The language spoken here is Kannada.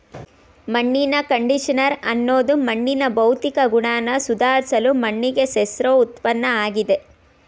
ಮಣ್ಣಿನ ಕಂಡಿಷನರ್ ಅನ್ನೋದು ಮಣ್ಣಿನ ಭೌತಿಕ ಗುಣನ ಸುಧಾರ್ಸಲು ಮಣ್ಣಿಗೆ ಸೇರ್ಸೋ ಉತ್ಪನ್ನಆಗಿದೆ